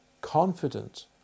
confident